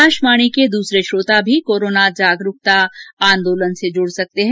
आकाशवाणी के अन्य श्रोता भी कोरोना जनजागरुकता आंदोलन से जुड सकते हैं